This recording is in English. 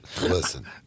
Listen